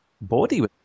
body